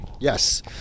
Yes